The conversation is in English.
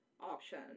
option